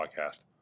podcast